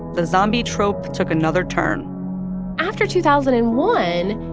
the zombie trope took another turn after two thousand and one,